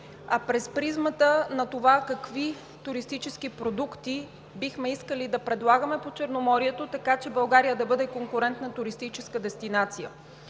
а през призмата на това какви туристически продукти бихме искали да предлагаме по Черноморието, така че България да бъде конкурентна туристическа дестинация.